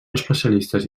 especialistes